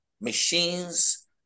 machines